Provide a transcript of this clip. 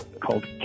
called